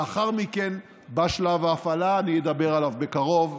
לאחר מכן בא שלב ההפעלה, ואני אדבר עליו בקרוב.